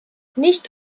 nicht